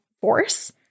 force